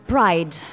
Pride